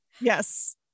Yes